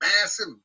massive